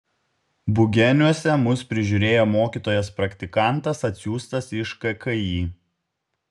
bugeniuose mus prižiūrėjo mokytojas praktikantas atsiųstas iš kki